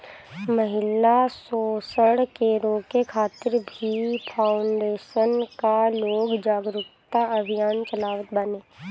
महिला शोषण के रोके खातिर भी फाउंडेशन कअ लोग जागरूकता अभियान चलावत बाने